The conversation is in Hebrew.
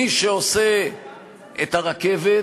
מי שעושה את הרכבת